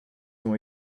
ont